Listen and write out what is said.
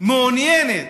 מעוניינת